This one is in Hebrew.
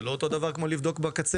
זה לא אותו דבר כמו לבדוק בקצה.